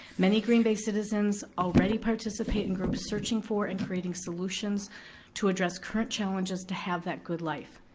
many green bay citizens already participate in groups searching for and creating solutions to address current challenges to have that good life.